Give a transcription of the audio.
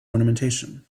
ornamentation